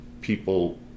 people